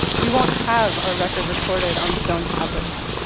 we won't have our record recorded on stone tablets.